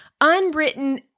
unwritten